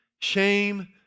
shame